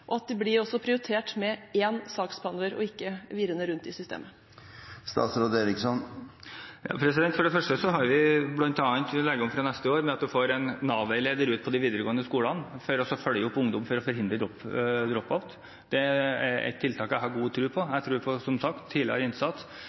at ungdom blir prioritert, og at det også blir prioritert å ha én saksbehandler, slik at de ikke blir virrende rundt i systemet? For det første skal vi fra neste år legge om bl.a. med en Nav-veileder ute på de videregående skolene for å følge opp ungdom og forhindre drop-out. Det er ett tiltak jeg har god tro på. Jeg tror som sagt på tidligere innsats,